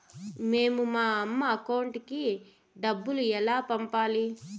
మేము మా అమ్మ అకౌంట్ కి డబ్బులు ఎలా పంపాలి